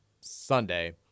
Sunday